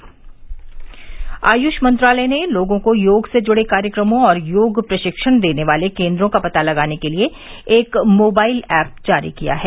mobile app AYUSH मंत्रालय ने लोगों को योग से जुड़े कार्यक्रमों और योग प्रशिक्षण देने वाले केंद्रों का पता लगाने के लिए एक मोबाइल ऐप जारी किया है